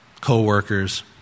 co-workers